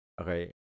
okay